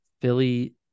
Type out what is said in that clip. Philly